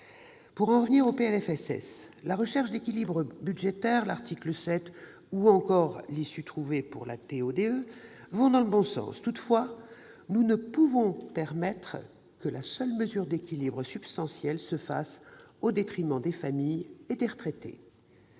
Pour en revenir au PLFSS, la recherche d'équilibre budgétaire, l'article 7 ou encore l'issue trouvée pour le dispositif TO-DE vont dans le bon sens. Toutefois, nous ne pouvons accepter que la seule mesure d'équilibre substantielle soit prise au détriment des familles et des retraités.